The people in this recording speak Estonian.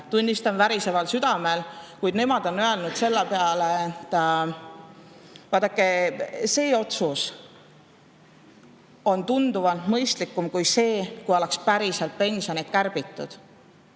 tunnistan, väriseval südamel, aga nemad on öelnud selle peale: vaadake, see otsus on tunduvalt mõistlikum kui see, kui oleks päriselt pensione kärbitud.